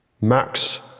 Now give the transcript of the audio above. Max